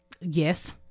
Yes